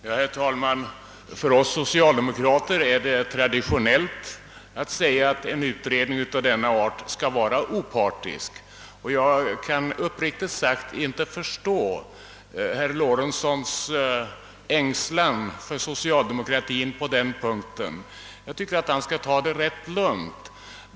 Herr talman! För oss socialdemokraer är det traditionellt att säga, att en utredning av denna art skall vara opartisk. Jag kan uppriktigt sagt inte förstå herr Lorentzons ängslan för socialdemokratin på den punkten. Jag tycker att han skall ta det rätt lugnt.